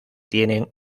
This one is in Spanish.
tienen